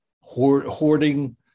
hoarding